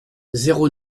zéro